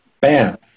Bam